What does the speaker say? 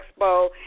expo